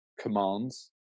commands